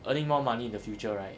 earning more money in the future right